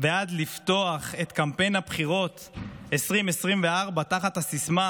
ועד לפתוח את קמפיין הבחירות 2024 תחת הסיסמה: